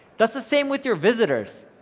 that's the same with your visitors.